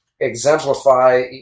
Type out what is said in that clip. exemplify